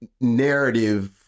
narrative